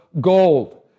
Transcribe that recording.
gold